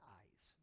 eyes